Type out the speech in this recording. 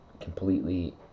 Completely